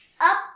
up